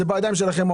זה בידיים שלכם,